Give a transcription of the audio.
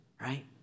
right